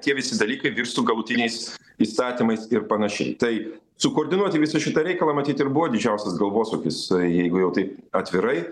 tie visi dalykai virstų galutiniais įstatymais ir panašiai tai sukoordinuoti visą šitą reikalą matyt ir buvo didžiausias galvosūkis jeigu jau taip atvirai